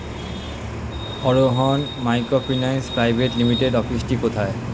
আরোহন microfinance private লিমিটেডের অফিসটি কোথায়?